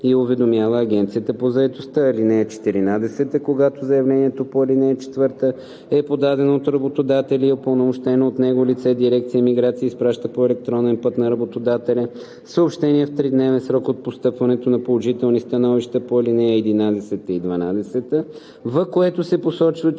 и уведомява Агенцията по заетостта. (12) Когато заявлението по ал. 5 е подадено от работодател или упълномощено от него лице, дирекция „Миграция“ изпраща по електронен път на работодателя съобщение в тридневен срок от постъпването на положителни становища по ал. 8 и 9, в което се посочва, че